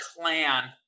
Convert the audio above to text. clan